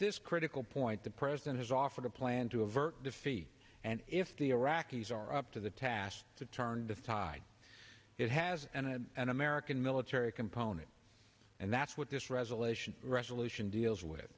this critical point the president has offered a plan to avert defeat and if the iraqis are up to the task to turn the tide it has an american military component and that's what this resolution resolution deals with